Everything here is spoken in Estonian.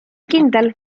kindel